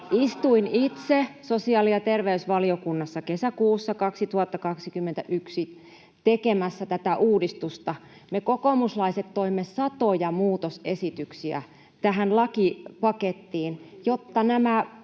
Istuin itse sosiaali- ja terveysvaliokunnassa kesäkuussa 2021 tekemässä tätä uudistusta. Me kokoomuslaiset toimme satoja muutosesityksiä tähän lakipakettiin, jotta nämä